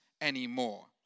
anymore